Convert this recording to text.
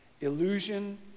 illusion